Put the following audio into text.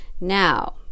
Now